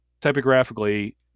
typographically